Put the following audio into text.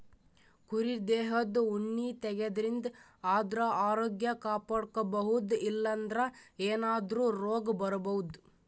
ಕುರಿ ದೇಹದ್ ಉಣ್ಣಿ ತೆಗ್ಯದ್ರಿನ್ದ ಆದ್ರ ಆರೋಗ್ಯ ಕಾಪಾಡ್ಕೊಬಹುದ್ ಇಲ್ಲಂದ್ರ ಏನಾದ್ರೂ ರೋಗ್ ಬರಬಹುದ್